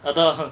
அதா:athaa